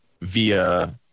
via